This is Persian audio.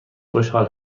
خوشحال